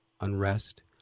unrest